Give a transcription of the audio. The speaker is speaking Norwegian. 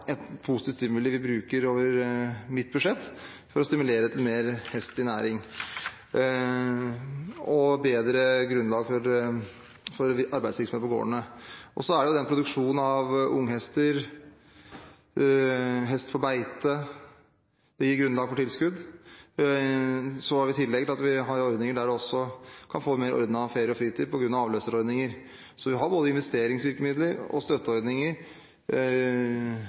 et bedre grunnlag for arbeidsvirksomhet på gårdene. Produksjon av unghester og hest på beite gir også grunnlag for tilskudd. Vi har også ordninger der man kan få mer ordnet ferie og fritid ved hjelp av avløsere. Så vi har både investeringsvirkemidler og støtteordninger